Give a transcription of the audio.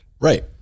right